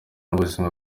n’ubuzima